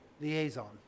liaison